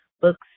Books